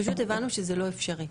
פשוט הבנו שזה לא אפשרי.